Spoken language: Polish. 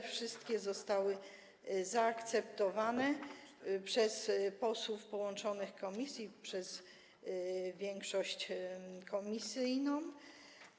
Wszystkie zostały zaakceptowane przez posłów połączonych komisji, przez większość komisyjną.